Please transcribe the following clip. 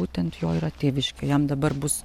būtent jo yra tėviškė jam dabar bus